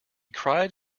cried